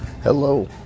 Hello